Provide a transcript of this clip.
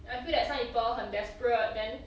I feel that some people 很 desperate then